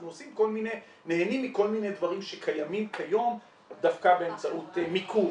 אנחנו נהנים מכל מיני דברים שקיימים כיום דווקא באמצעות מיקור.